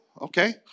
Okay